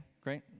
great